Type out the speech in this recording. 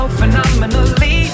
phenomenally